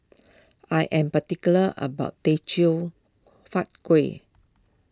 I am particular about Teochew Huat Kueh